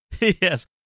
Yes